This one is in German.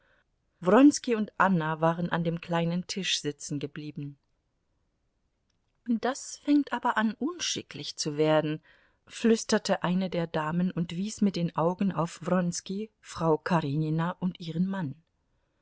und anna waren an dem kleinen tisch sitzen geblieben das fängt aber an unschicklich zu werden flüsterte eine der damen und wies mit den augen auf wronski frau karenina und ihren mann